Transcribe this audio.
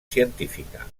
científica